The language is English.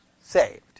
saved